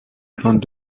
plantes